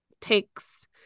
takes